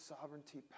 sovereignty